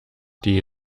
die